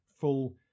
full